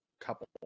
couple